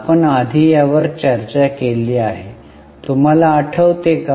आपण आधी यावर चर्चा केली आहे तुम्हाला आठवते का